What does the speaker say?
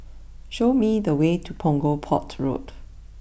show me the way to Punggol Port Road